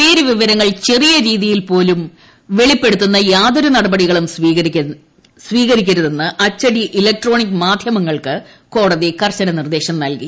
പേര് വിവരങ്ങൾ ചെറിയ രീതിയിൽ പോലും വെളിപ്പെടുത്തുന്ന യാതൊരു നടപടികളും സ്വീകരിക്കരുതെന്ന് അച്ചടി ഇലക്ട്രോണിക് മാധ്യമങ്ങൾക്ക് കോടതി കർശന നിർദ്ദേശം നൽകി